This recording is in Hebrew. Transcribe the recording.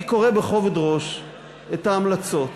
אני קורא בכובד ראש את ההמלצות,